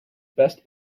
best